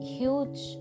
huge